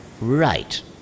Right